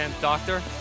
doctor